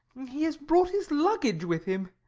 he has brought his luggage with him.